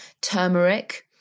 turmeric